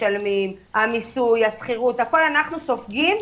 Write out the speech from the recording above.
את המיסוי ואת השכירות את הכול אנחנו סופגים,